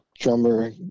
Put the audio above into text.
drummer